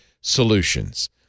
solutions